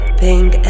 pink